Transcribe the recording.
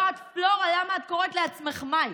לא, את פלורה, למה את קוראת לעצמך מאי?